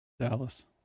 Dallas